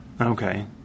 Okay